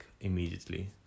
immediately